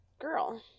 girl